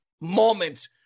moment